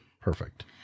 perfect